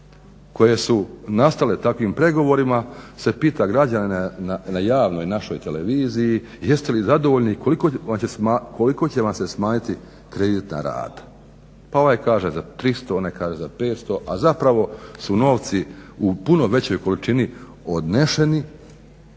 koje su nastale takvim pregovorima se pita građane na javnoj našoj televiziji jeste li zadovoljni i koliko će vam se smanjiti kreditna rata? Pa ovaj kaže za 300, onaj kaže za 500 a zapravo su novci u puno većoj količini odneseni